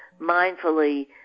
mindfully